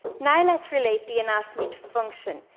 now let's relate the anatomy to function,